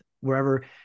wherever